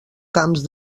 camps